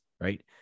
right